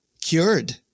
cured